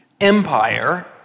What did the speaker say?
Empire